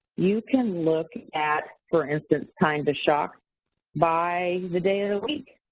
you can look at, for instance, time to shock by the day of the week.